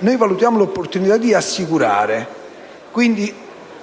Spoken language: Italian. valutiamo l'opportunità di assicurare, quindi